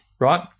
right